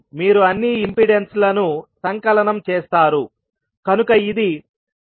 మీరు అన్ని ఇంపెడెన్స్ లను సంకలనం చేస్తారు కనుక ఇది s53s